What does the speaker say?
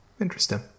Interesting